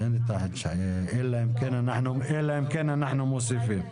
אלא אם כן אנחנו מוסיפים.